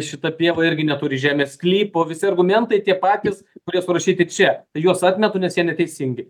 šita pieva irgi neturi žemės sklypo visi argumentai tie patys kurie surašyti čia juos atmetu nes jie neteisingi